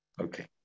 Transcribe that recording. Okay